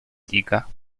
diga